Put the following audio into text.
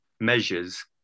measures